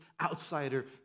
outsider